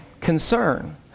concern